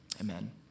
Amen